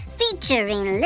featuring